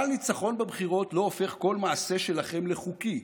אבל ניצחון בבחירות לא הופך כל מעשה שלכם לחוקי.